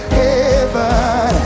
heaven